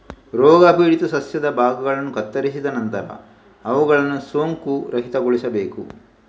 ರೋಗಪೀಡಿತ ಸಸ್ಯದ ಭಾಗಗಳನ್ನು ಕತ್ತರಿಸಿದ ನಂತರ ಅವುಗಳನ್ನು ಸೋಂಕುರಹಿತಗೊಳಿಸಬೇಕು